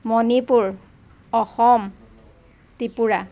Manipur Assam Tripura